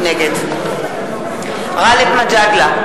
נגד גאלב מג'אדלה,